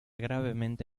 gravemente